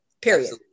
period